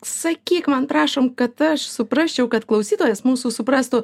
sakyk man prašom kad aš suprasčiau kad klausytojas mūsų suprastų